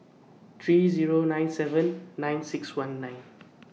three Zero nine seven nine six one nine